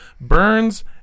burns